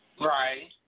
right